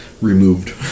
removed